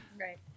Right